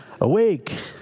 awake